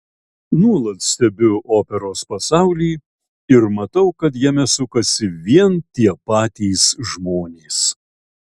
nuolat stebiu operos pasaulį ir matau kad jame sukasi vien tie patys žmonės